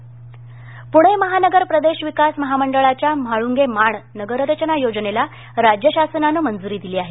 PMRDA Pune महानगर प्रदेश विकास महामंडळाच्या म्हाळूंगे माण नगररचना योजनेला राज्य शासनानं मंजूरी दिली आहे